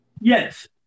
Yes